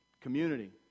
Community